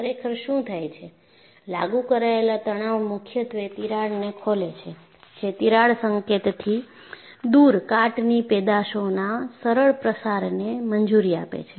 ખરેખર શું થાય છે લાગુ કરાયેલ તણાવ મુખ્યત્વે તિરાડોને ખોલે છે જે તિરાડ સંકેતથી દૂર કાટની પેદાશોના સરળ પ્રસારને મંજૂરી આપે છે